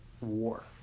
war